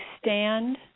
stand